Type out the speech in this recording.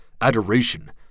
adoration